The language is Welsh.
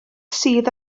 sydd